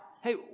hey